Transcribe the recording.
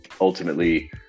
ultimately